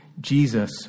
Jesus